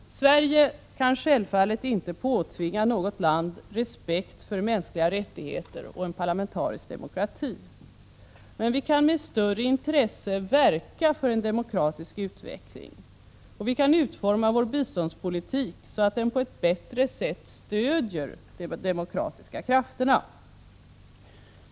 Sverige kan självfallet inte påtvinga något land respekt för mänskliga rättigheter och en parlamentarisk demokrati, men vi kan med större intresse verka för en demokratisk utveckling, och vi kan utforma vår biståndspolitik så att den på ett bättre sätt stöder de demokratiska krafterna.